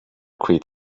quit